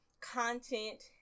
content